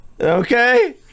Okay